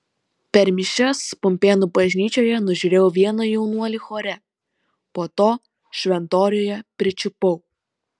per mišias pumpėnų bažnyčioje nužiūrėjau vieną jaunuolį chore po to šventoriuje pričiupau